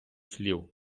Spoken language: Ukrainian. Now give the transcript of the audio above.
слів